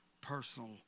personal